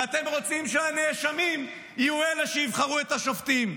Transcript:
ואתם רוצים שהנאשמים יהיו אלה שיבחרו את השופטים.